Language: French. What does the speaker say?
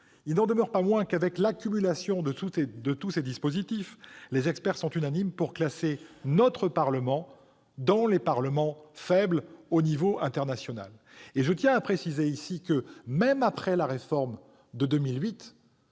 Compte tenu de l'accumulation de toutes ces dispositions, les experts sont unanimes pour classer notre parlement parmi les parlements faibles au niveau international. Je tiens à préciser que, même après la réforme de 2008,